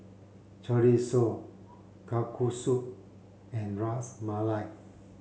Chorizo Kalguksu and Ras Malai